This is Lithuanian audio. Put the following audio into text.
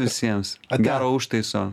visiems gero užtaiso